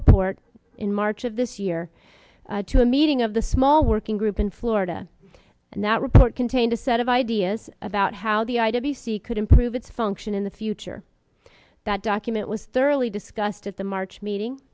report in march of this year to a meeting of the small working group in florida and that report contains a set of ideas about how the i w c could improve its function in the future that document was thoroughly discussed at the march meeting